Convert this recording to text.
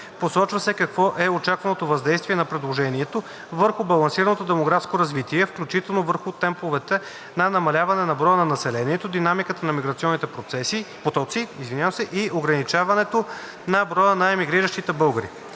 Посочва се какво е очакваното въздействие на предложението върху балансираното демографско развитие, включително върху темповете на намаляване на броя на населението, динамиката на миграционните потоци и ограничаването на броя на емигриращите българи.